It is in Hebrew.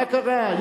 מה קרה?